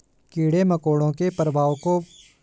कीड़े मकोड़ों के प्रभाव को प्राकृतिक तौर पर कम कैसे करें?